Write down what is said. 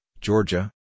Georgia